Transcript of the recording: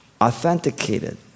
authenticated